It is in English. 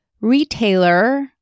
retailer